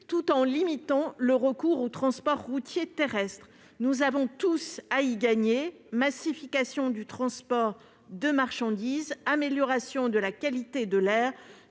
tout en limitant le recours aux transports routiers terrestres. Nous avons tous à y gagner : massification du transport de marchandises, amélioration de la qualité de l'air